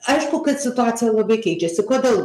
aišku kad situacija labai keičiasi kodėl